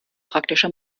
praktische